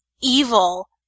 evil